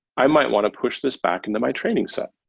i might want to push this back in the my training set.